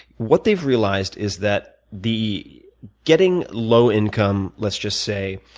what they've realized is that the getting low income, let's just say,